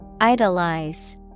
Idolize